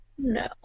No